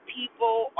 people